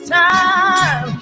time